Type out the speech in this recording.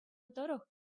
тӑрӑх